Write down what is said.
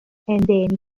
endemiche